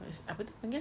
apa tu panggil